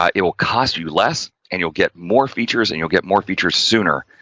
um it will cost you less and you'll get more features and you'll get more features sooner,